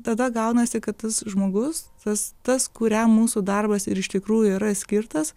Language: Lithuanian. tada gaunasi kad tas žmogus tas tas kuriam mūsų darbas ir iš tikrųjų yra skirtas